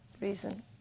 reason